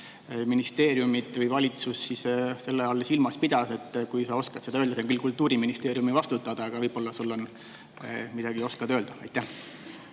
ministeerium või valitsus selle all silmas pidas, kui sa oskad seda öelda. See on küll Kultuuriministeeriumi vastutada, aga võib-olla sa midagi oskad öelda. Aitäh,